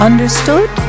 Understood